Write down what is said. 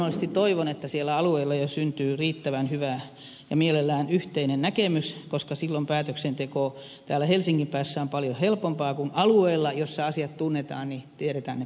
luonnollisesti toivon että siellä alueella jo syntyy riittävän hyvä ja mielellään yhteinen näkemys koska silloin päätöksenteko täällä helsingin päässä on paljon helpompaa kun alueella jossa asiat tunnetaan tiedetään ne parhaiten